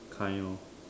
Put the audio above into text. kind lor